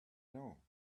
know